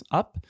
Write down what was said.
up